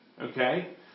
Okay